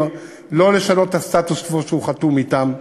לא לשנות את הסטטוס-קוו שהוא חתום עליו אתן,